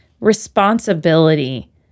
responsibility